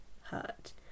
hurt